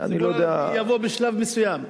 זה יבוא בשלב מסוים.